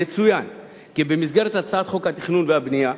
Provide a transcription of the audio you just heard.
יצוין כי במסגרת הצעת חוק התכנון והבנייה,